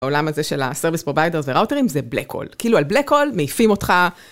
העולם הזה של הסרוויס פרוביידר וראוטרים זה black hole כאילו על black hole מעיפים אותך.